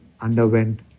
underwent